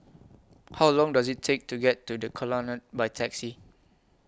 How Long Does IT Take to get to The Colonnade By Taxi